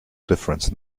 difference